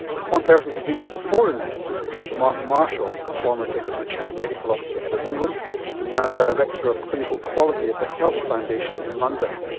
one person who's been to the fore in this is professor martin marshall, former deputy chief medical officer for england and now director of clinical quality at the health foundation in london.